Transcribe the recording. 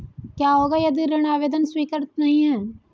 क्या होगा यदि ऋण आवेदन स्वीकृत नहीं है?